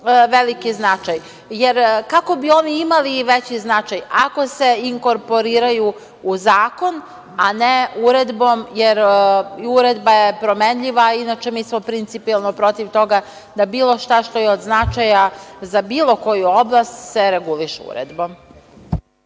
veliki značaj, jer kako bi oni imali veći značaj ako se inkorporiraju u zakon, a ne uredbom, jer uredba je promenljiva. Inače, mi smo principijelno protiv toga da bilo šta što je od značaja za bilo koju oblast se reguliše uredbom.